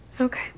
Okay